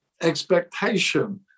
expectation